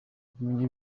kumenya